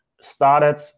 started